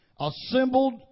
assembled